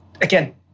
again